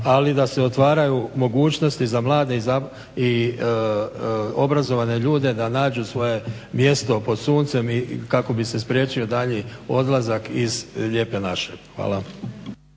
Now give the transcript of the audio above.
ali da se otvaraju mogućnosti za mlade i obrazovane ljude da nađu svoje mjesto pod suncem kako bi se spriječio daljnji odlazak iz Lijepe naše. Hvala.